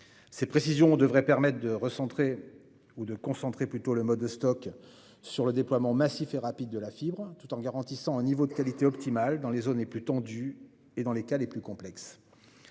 Ces précisions devraient permettre de concentrer le mode Stoc sur le déploiement massif et rapide de la fibre, tout en garantissant un niveau de qualité optimal dans les zones les plus tendues et dans les cas les plus complexes.